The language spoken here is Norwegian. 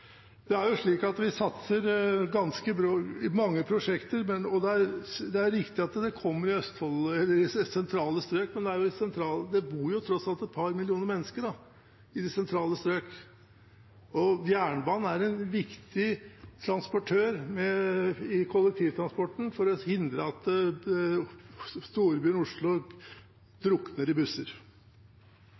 det bor jo tross alt et par millioner mennesker i de sentrale strøk. Og jernbanen er en viktig transportør i kollektivtransporten for å hindre at storbyen Oslo drukner i busser.